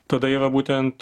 tada yra būtent